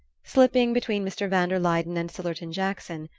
slipping between mr. van der luyden and sillerton jackson,